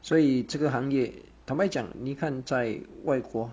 所以这个行业坦白讲你看在外国